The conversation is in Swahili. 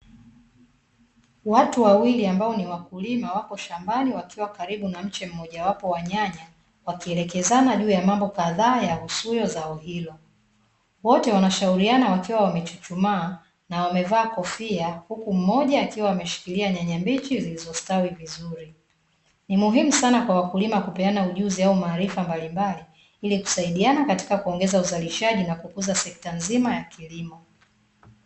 Watu wawili ambao ni wakulima wapo shambani wakiwa karibu na mche moja wapo wa nyanya wakielekezana juu ya mambo kadhaa juu ya zao hili wote wanashauriana wakiwa wamechuchumaa, na wamevaa kofia huku mmoja akiwa ameshikilia nyanya mbichi zilizostawi vizuri, ni muhimu sana kwa wakulima kupeana ujuzi au maarifa mbalimbali ili kusaidiana katika kuongeza uzalishaji na kukuza sekta nzima ya kilimo.